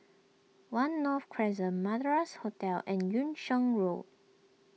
one North Crescent Madras Hotel and Yung Sheng Road